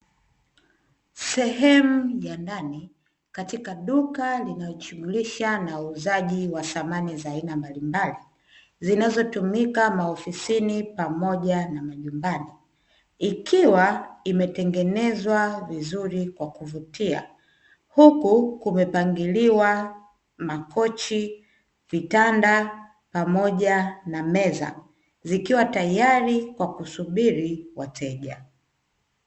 Sehemu za ndani katika duka linalojishughulisha na uuzaji wa samani za aina mbalimbali, zinazotumika maofisini pamoja na majumbani, ikiwa imetengenezwa vizuri kwa kuvutia huku kumepangiliwa Makochi, Vitanda pamoja na Meza zikiwa tayari kwa kusubiri wateja.